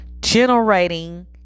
generating